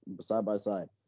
side-by-side